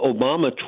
Obama